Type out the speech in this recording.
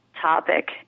topic